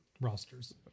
rosters